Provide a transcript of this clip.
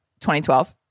2012